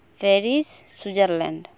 Paris Switzerland